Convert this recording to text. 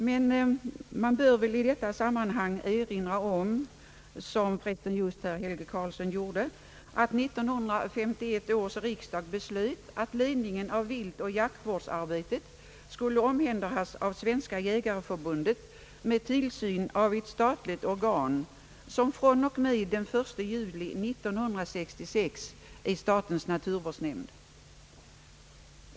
Men man bör väl i detta sammanhang erinra om — vilket herr Helge Karlsson för övrigt gjorde — att 1951 års riksdag beslöt att ledningen av viltoch jaktvårdsarbetet skulle handhas av Svenska jägareförbundet med tillsyn av ett statligt organ, som från och med den 1/7 1966 är statens naturvårdsnämnd.